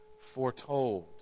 foretold